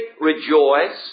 rejoice